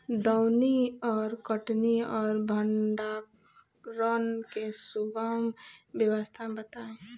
दौनी और कटनी और भंडारण के सुगम व्यवस्था बताई?